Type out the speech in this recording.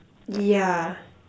yeah